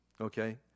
Okay